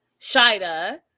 Shida